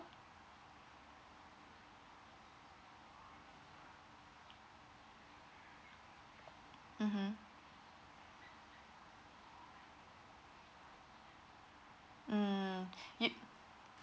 mmhmm mm you